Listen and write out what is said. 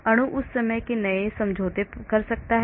अणु उस वजह से नए समझौते कर सकता है